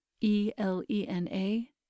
E-L-E-N-A